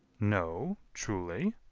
no, truly.